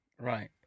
Right